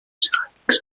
céramique